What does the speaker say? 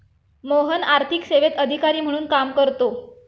मोहन आर्थिक सेवेत अधिकारी म्हणून काम करतो